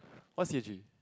what's c_i_g